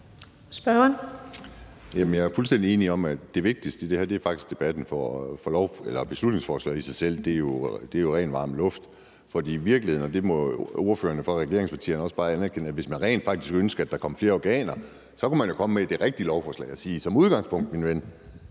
jeg er fuldstændig enig i, at det vigtigste her faktisk er debatten, for beslutningsforslaget i sig selv er jo rent varm luft. For i virkeligheden, og det må ordførerne fra regeringspartierne også bare anerkende, er det jo sådan, at hvis man rent faktisk ønskede, at der kom flere organer, kunne man jo komme med det rigtige lovforslag og sige: Som udgangspunkt, min ven,